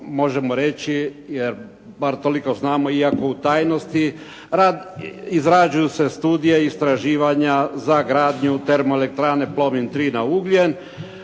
možemo reći jer bar toliko znamo, iako u tajnosti, izrađuju se studije, istraživanja za gradnju termoelektrane Plomin 3 na ugljen